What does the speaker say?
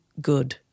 good